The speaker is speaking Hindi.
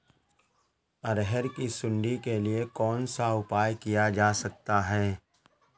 अरहर की सुंडी के लिए कौन सा उपाय किया जा सकता है?